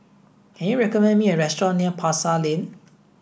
can you recommend me a restaurant near Pasar Lane